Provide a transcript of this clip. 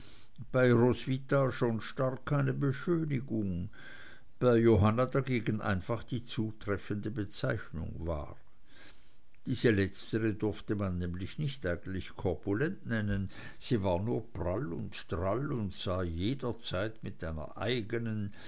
bei roswitha schon stark eine beschönigung bei johanna dagegen einfach die zutreffende bezeichnung war diese letztere durfte man nämlich nicht eigentlich korpulent nennen sie war nur prall und drall und sah jederzeit mit einer eigenen